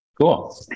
Cool